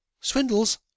Swindles